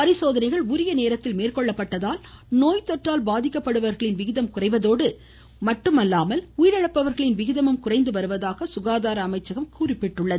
பரிசோதனைகள் உரிய நேரத்தில் மேற்கொள்ளப்பட்டதால் நோய்த்தொற்றால் பாதிக்கப்படுபவர்களின் விகிதம் குறைவதோடு மட்டுமல்லாமல் உயிரிழப்பவர்களின் விகிதமும் குறைந்து வருவதாக சுகாதார அமைச்சகம் தெரிவித்துள்ளது